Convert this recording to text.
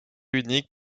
unique